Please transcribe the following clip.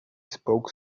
spoke